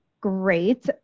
great